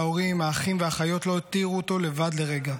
וההורים האחים והאחיות לא הותירו אותו לבד לרגע.